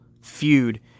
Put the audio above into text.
feud